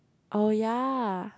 oh ya